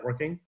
networking